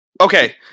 Okay